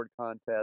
contest